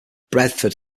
bedford